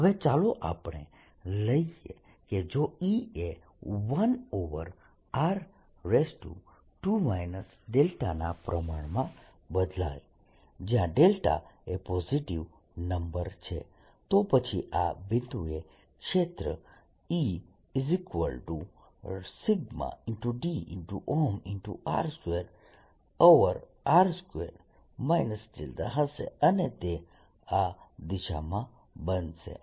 હવે ચાલો આપણે લઈએ કે જો E એ 1r2 δ ના પ્રમાણમાં બદલાય જ્યાં એ પોઝિટીવ નંબર છે તો પછી આ બિંદુએ ક્ષેત્ર Eσ d r2 2r22 δ હશે અને તે આ દિશામાં બનશે